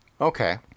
Okay